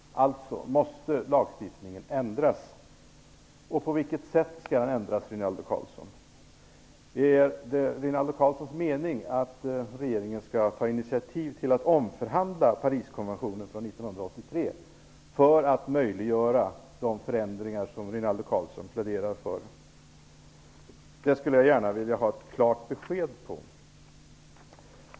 Alltså måste lagstiftningen ändras. Jag vill då ställa några konkreta frågor. På vilket sätt skall lagstiftningen ändras, Rinaldo Karlsson? Är det Rinaldo Karlssons mening att regeringen skall ta initiativ till en omförhandling av Pariskonventionen från 1983 för att möjliggöra de förändringar som Rinaldo Karlsson pläderar för? Jag skulle gärna vilja ha ett klart besked när det gäller dessa frågor.